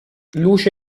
luce